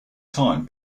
time